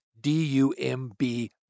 D-U-M-B